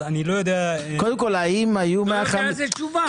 זו תשובה.